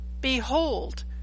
Behold